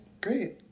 great